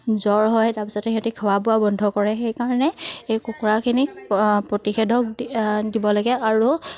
জ্বৰ হয় তাৰ পিছতে সিহঁতি খোৱা বোৱা বন্ধ কৰে সেইকাৰণে এই কুকুৰাখিনিক প্ৰতিষেধক দিব লাগে আৰু